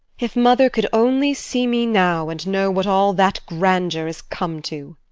if mother could only see me now, and know what all that grandeur has come to!